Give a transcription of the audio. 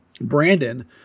Brandon